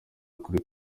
ukuri